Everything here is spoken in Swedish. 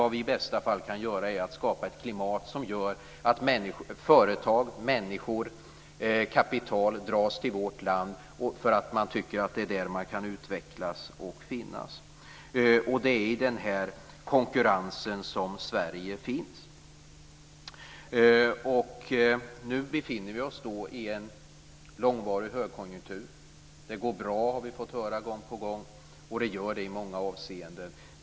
Vad vi i bästa fall kan göra är att skapa ett klimat som gör att företag, människor och kapital dras till vårt land för att man tycker att det är där man kan utvecklas och finnas. Och det är i den här konkurrensen som Sverige finns.